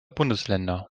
bundesländer